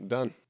Done